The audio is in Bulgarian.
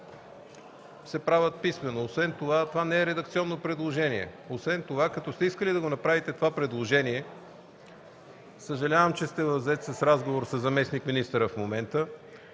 се правят писмено. Освен това, то не е редакционно предложение. Освен това, като сте искали да направите това предложение – съжалявам, че сте зает в разговор със заместник-министъра в момента,